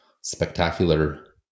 Spectacular